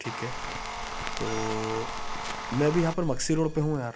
ठीक है तो मैं भी यहाँ पर मक्सी रोड पर हूँ यार